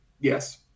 Yes